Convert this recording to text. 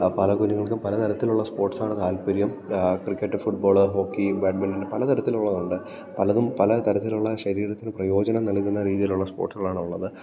പല കുഞ്ഞങ്ങൾക്കും പല തരത്തിലുള്ള സ്പോർട്സാണ് താൽപര്യം ക്രിക്കറ്റ് ഫുട്ബോള് ഹോക്കി ബാഡ്മിൻറ്റൺ പല തരത്തിലുള്ളത് ഉണ്ട് പലതും പല തരത്തിലുള്ള ശരീരത്തിന് പ്രയോജനം നൽകുന്ന രീതിയിലുള്ള സ്പോർട്സുകളാണ് ഉള്ളത്